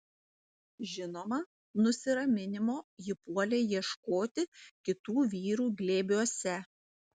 žinoma nusiraminimo ji puolė ieškoti kitų vyrų glėbiuose